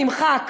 נמחק,